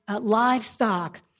livestock